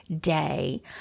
day